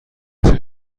کوچک